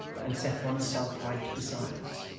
and set one's-self right besides.